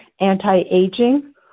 Anti-Aging